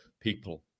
people